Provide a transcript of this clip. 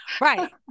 Right